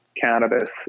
cannabis